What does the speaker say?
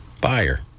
buyer